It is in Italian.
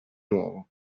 nuovo